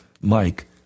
Mike